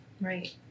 Right